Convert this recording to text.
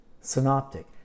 synoptic